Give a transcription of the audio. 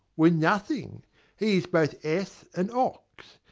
were nothing he is both ass and ox.